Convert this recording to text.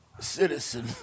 Citizen